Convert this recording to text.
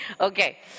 okay